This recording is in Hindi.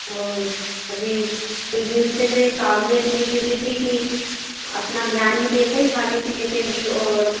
और अभी कूछ दिन से मैं काम में इतनी बीज़ी थी कि अपना ध्यान नहीं दे पाई खाने पीने पर भी और